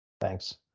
Thanks